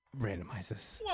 randomizes